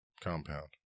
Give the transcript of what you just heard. compound